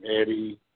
Eddie